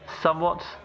somewhat